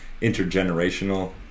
intergenerational